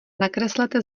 nakreslete